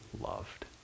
loved